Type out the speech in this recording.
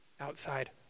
outside